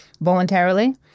voluntarily